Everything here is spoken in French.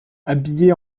habillé